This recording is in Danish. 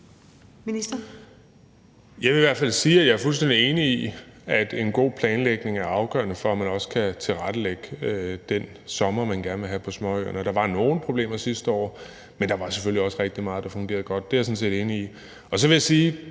Jeg vil i hvert fald sige, at jeg er fuldstændig enig i, at en god planlægning er afgørende for, at man også kan tilrettelægge den sommer, man gerne vil have på småøerne, og der var nogle problemer sidste år, men der var selvfølgelig også rigtig meget, der fungerede godt. Det er jeg sådan set enig i. Så vil jeg sige,